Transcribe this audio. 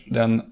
den